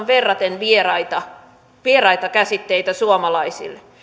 verraten vieraita vieraita käsitteitä suomalaisille